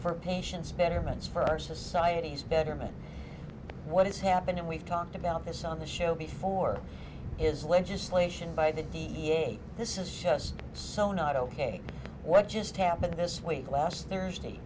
for patients betterments for our society's betterment what has happened and we've talked about this on the show before is legislation by the da this is just so not ok what just happened this way the last thursday